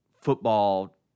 football